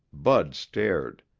bud stared.